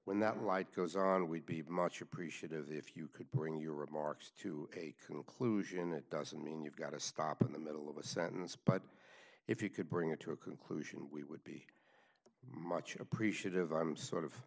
when that light goes on we'd be much appreciative if you could bring your remarks to a conclusion it doesn't mean you've got to stop in the middle of a sentence but if you could bring it to a conclusion we would be much appreciative that i'm sort of